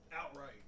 outright